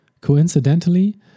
Coincidentally